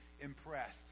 impressed